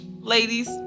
Ladies